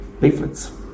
leaflets